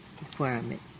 requirement